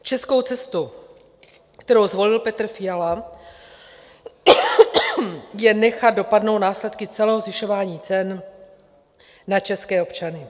Českou cestu, kterou zvolil Petr Fiala, je nechat dopadnout následky celého zvyšování cen na české občany.